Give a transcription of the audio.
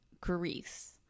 Greece